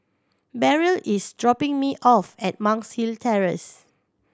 Beryl is dropping me off at Monk's Hill Terrace